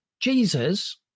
Jesus